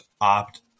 opt